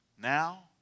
Now